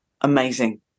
amazing